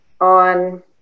on